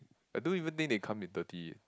I don't even think they come in thirty